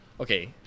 okay